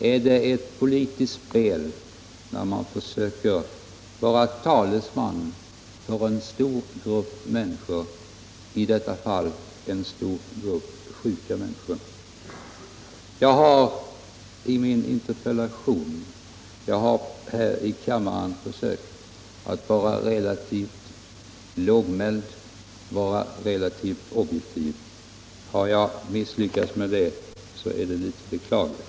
Är det ett politiskt spel när man, som i detta fall, försöker vara talesman för en stor grupp sjuka människor? I min interpellation och även här i kammaren har jag försökt att vara relativt lågmäld och objektiv. Om jag har misslyckats med det, så är det beklagligt.